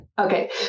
Okay